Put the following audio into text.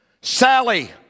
Sally